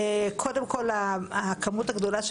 קודם כל כמות העצורים הגדולה,